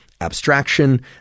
abstraction